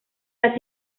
las